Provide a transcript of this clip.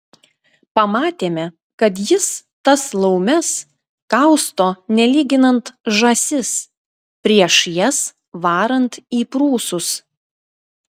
pamatėme kad jis tas laumes kausto nelyginant žąsis prieš jas varant į prūsus